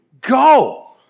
Go